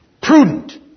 Prudent